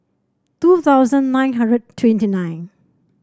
two thousand nine hundred twenty nine